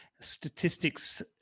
statistics